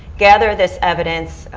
gather this evidence,